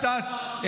קצת,